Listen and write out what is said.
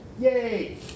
Yay